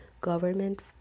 government